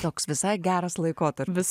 toks visai geras laikotarpis